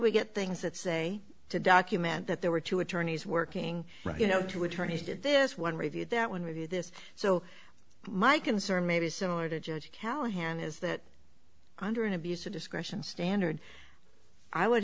we get things that say to document that there were two attorneys working right you know two attorneys did this one review that when we do this so my concern may be similar to judge callahan is that under an abuse of discretion standard i would